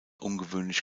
ungewöhnlich